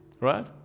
right